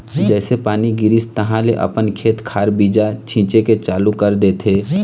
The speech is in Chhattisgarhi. जइसे पानी गिरिस तहाँले अपन खेत खार बीजा छिचे के चालू कर देथे